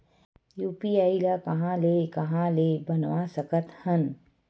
UPI ल कहां ले कहां ले बनवा सकत हन?